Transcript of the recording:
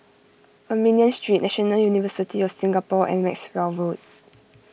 Armenian Street National University of Singapore and Maxwell Road